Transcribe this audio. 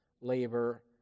labor